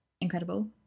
incredible